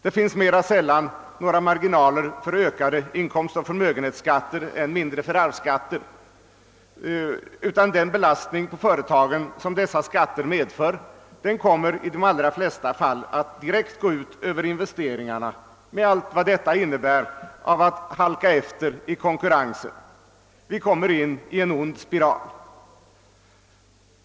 Det finns mera sällan några marginaler för ökade inkomstoch förmögenhetsskatter, än mindre för arvsskatter, utan den belastning på företagen, som dessa skatter medför, kommer i de flesta fall att direkt gå ut över investeringarna med allt vad detta innebär av att halka efter i konkurrensen; vi kommer in i en ond spiral.